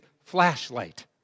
flashlight